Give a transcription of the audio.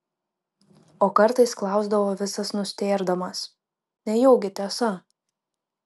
o kartais klausdavo visas nustėrdamas nejaugi tiesa